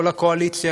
כל הקואליציה,